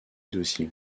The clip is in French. docile